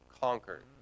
conquered